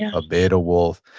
a beta wolf.